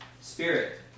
spirit